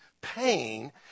pain